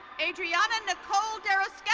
adrianna nicole